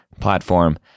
platform